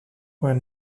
were